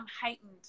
heightened